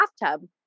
bathtub